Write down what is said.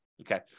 Okay